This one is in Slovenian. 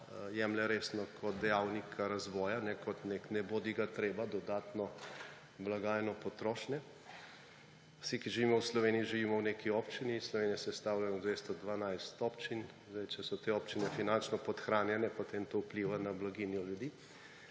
jemlje resno kot dejavnika razvoja, ne kot nek nebodigatreba dodatno blagajno potrošnje. Vsi, ki živimo v Sloveniji, živimo v neki občini. Slovenija je sestavljena iz 212 občin. Če so te občine finančno podhranjene, potem to vpliva na blaginjo ljudi.